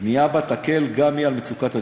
בנייה בה תקל גם היא על מצוקת הדיור.